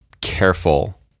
careful